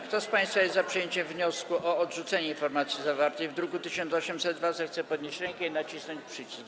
Kto z państwa jest za przyjęciem wniosku o odrzucenie informacji zawartej w druku nr 1802, zechce podnieść rękę i nacisnąć przycisk.